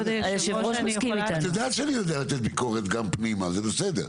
את יודעת שאני יודע לתת ביקורת גם פנימה, זה בסדר.